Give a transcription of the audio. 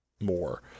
more